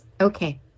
Okay